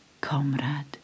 Comrade